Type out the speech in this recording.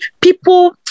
People